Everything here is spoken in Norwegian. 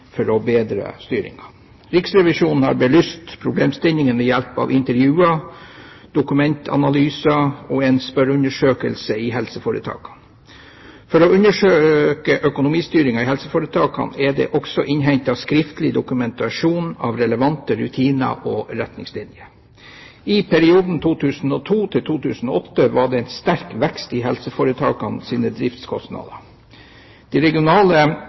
for å bedre styringen. Riksrevisjonen har belyst problemstillingene ved hjelp av intervjuer, dokumentanalyse og en spørreundersøkelse til helseforetakene. For å undersøke økonomistyringen i helseforetakene er det også innhentet skriftlig dokumentasjon av relevante rutiner og retningslinjer. I perioden 2002–2008 var det en sterk vekst i helseforetakenes driftskostnader. De regionale